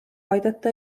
aidata